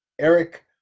eric